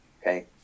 Okay